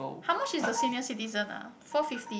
how much is the senior citizen ah four fifty